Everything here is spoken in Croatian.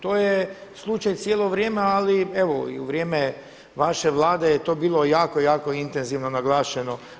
To je slučaj cijelo vrijeme, ali evo i u vrijeme vaše Vlade je to bilo jako, jako intenzivno naglašeno.